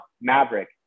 Maverick